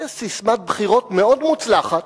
זו ססמת בחירות מאוד מוצלחת,